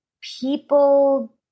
people